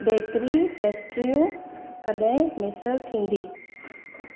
bakery पेस्ट्रियूं कॾहिं मुयसरु थींदी